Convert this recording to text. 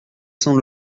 sans